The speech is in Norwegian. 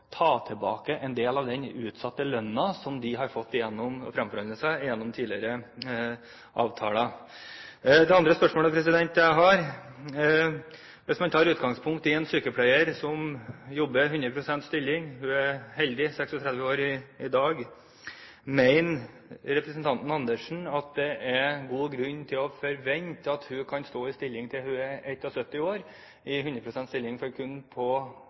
ta tilbake en del av den utsatte lønnen som de har fått framforhandlet gjennom tidligere avtaler? Det andre spørsmålet jeg har, er: Hvis man tar utgangspunkt i en sykepleier som jobber 100 pst. stilling – hun er heldig, hun er 36 år i dag – mener representanten Andersen at det er god grunn til å forvente at hun kan stå i 100 pst. stilling til hun er 71 år? Det er kun på